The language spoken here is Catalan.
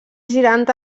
girant